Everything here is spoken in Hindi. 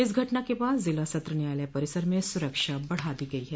इस घटना के बाद ज़िला सत्र न्यायालय परिसर में सुरक्षा बढ़ा दी गयी है